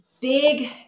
big